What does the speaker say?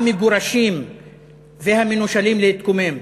המגורשים והמנושלים, להתקומם,